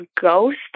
ghost